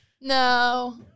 No